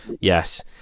yes